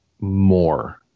more